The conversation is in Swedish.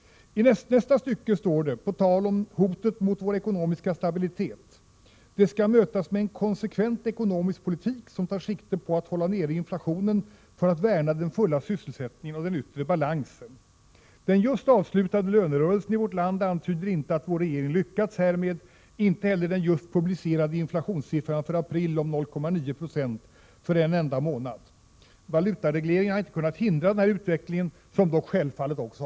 I nästnästa stycke står det, på tal om hotet mot vår ekonomiska stabilitet: ”Dessa hot kan endast mötas med en konsekvent ekonomisk politik som tar sikte på att hålla nere inflationen för att värna den fulla sysselsättningen och den yttre balansen.” Den just avslutade lönerörelsen i vårt land antyder inte att vår regering har lyckats härmed, och det gör inte heller den just publicerade inflationssiffran för april om 0,9 26 för en enda månad! Valutaregleringen har inte kunnat hindra denna utveckling, som dock 153 Prot.